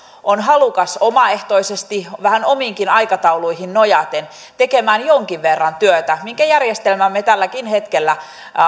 on halukas omaehtoisesti vähän omiinkin aikatauluihin nojaten tekemään jonkin verran työtä minkä järjestelmämme tälläkin hetkellä